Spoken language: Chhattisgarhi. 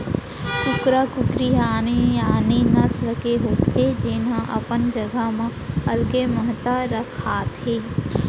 कुकरा कुकरी ह आने आने नसल के होथे जेन ह अपन जघा म अलगे महत्ता राखथे